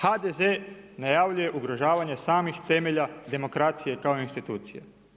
HDZ najavljuje ugrožavanje samih temelja demokracije kao institucije.